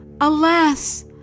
alas